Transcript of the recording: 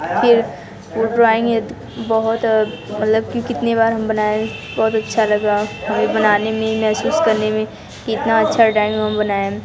फिर वो ड्रॉइंग है बहुत मतलब कि कितनी बार हम बनाएँ बहुत अच्छा लगा हमें बनाने में महसूस करने में कितना अच्छा ड्रॉइंग हम बनाएँ